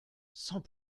sans